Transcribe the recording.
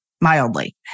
mildly